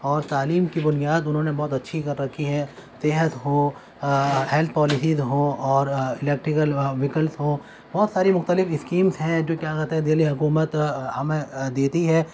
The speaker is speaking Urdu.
اور تعلیم کی بنیاد انہوں نے بہت اچھی کر رکھی ہے صحت ہو ہیلتھ پالیسیز ہو اور الیکٹریکل ویکلس ہو بہت ساری مختلف اسکیمس ہیں جو کیا کہتے ہیں دہلی حکومت ہمیں دیتی ہے